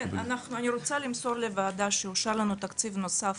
אני רוצה למסור לוועדה שאושר לנו תקציב נוסף